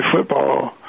football